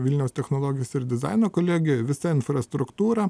vilniaus technologijos ir dizaino kolegijoj visa infrastruktūra